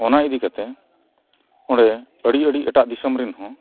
ᱚᱱᱟ ᱤᱫᱤ ᱠᱟᱛᱮᱫ ᱚᱸᱰᱮ ᱟᱰᱤ ᱟᱹᱰᱤ ᱮᱴᱟᱜ ᱫᱤᱥᱚᱢ ᱨᱮᱱ ᱦᱚᱸ